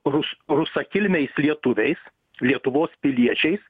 rus rusakilmiais lietuviais lietuvos piliečiais